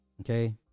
Okay